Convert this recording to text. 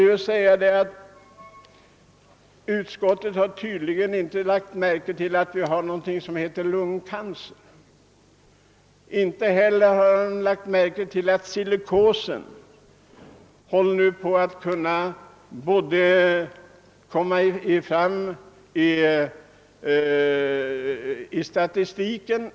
Utskottet har tydligen inte lagt märke till att vi har något som heter lungcancer. Inte heller har det lagt märke till att silikosen nu håller på att visa sig i statistiken.